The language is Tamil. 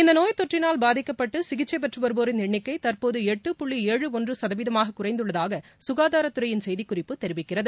இந்தநோய் தொற்றினால் பாதிக்கப்பட்டு சிகிச்சைபெற்றுவருவோரின் எண்ணிக்கைதற்போதுஎட்டு புள்ளி ஏழு ஒன்றுசதவீதமாககுறைந்துள்ளதாகசுகாதாரத்துறையின் செய்திக்குறிப்பு தெரிவிக்கிறது